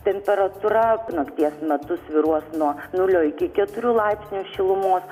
temperatūra nakties metu svyruos nuo nulio iki keturių laipsnių šilumos